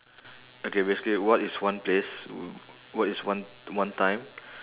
okay basically what is one place what is one one time